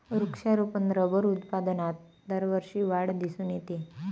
वृक्षारोपण रबर उत्पादनात दरवर्षी वाढ दिसून येते